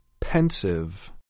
Pensive